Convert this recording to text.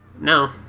No